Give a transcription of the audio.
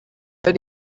ari